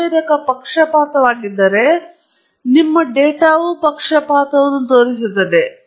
ಸಂವೇದಕ ಪಕ್ಷಪಾತವಾಗಿದ್ದರೆ ನಿಮ್ಮ ಡೇಟಾವು ಪಕ್ಷಪಾತವನ್ನು ತೋರಿಸುತ್ತದೆ